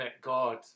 God